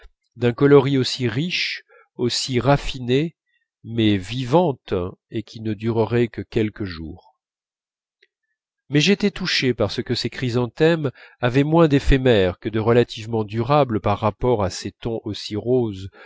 d'un coloris aussi riche aussi raffiné mais vivante et qui ne durerait que quelques jours mais j'étais touché moins par ce que ces chrysanthèmes avaient d'éphémère que de relativement durable par rapport à ces tons aussi roses